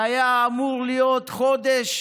שהיה אמור להיות חודש